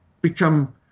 become